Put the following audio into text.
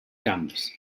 camps